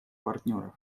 партнеров